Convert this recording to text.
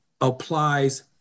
applies